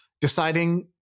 deciding